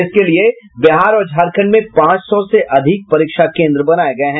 इसके लिए बिहार और झारखंड में पांच सौ से अधिक परीक्षा केन्द्र बनाये गये हैं